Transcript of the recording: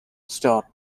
star